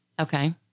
Okay